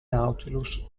nautilus